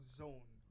zone